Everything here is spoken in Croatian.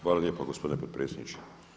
Hvala lijepo gospodine potpredsjedniče.